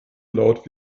laut